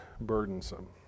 burdensome